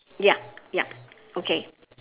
ya ya okay